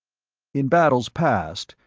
in battles past,